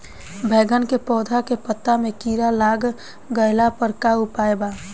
बैगन के पौधा के पत्ता मे कीड़ा लाग गैला पर का उपाय बा?